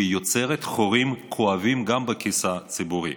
והיא יוצרת חורים כואבים גם בכיס הציבורי.